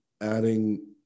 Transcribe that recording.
adding